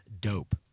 dope